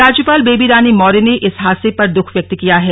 राज्यपाल बेबी रानी मौर्य ने इस हादसे पर द्ःख व्यक्त किया है